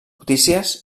notícies